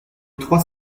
trois